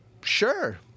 sure